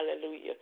Hallelujah